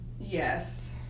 Yes